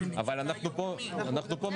אבל אנחנו פה מציעים פתרון.